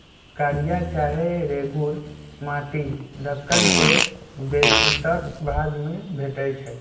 कारिया चाहे रेगुर माटि दक्कन के बेशीतर भाग में भेटै छै